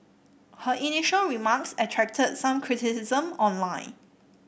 her initial remarks attracted some criticism online